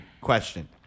Question